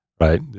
Right